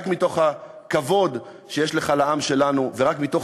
רק מתוך הכבוד שיש לך לעם שלנו ורק מתוך